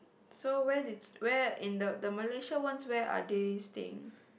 so where did where in the the Malaysia ones where are they staying